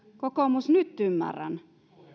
kokoomus nyt ymmärrän